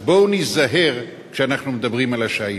אז בואו ניזהר כשאנחנו מדברים על השהידים.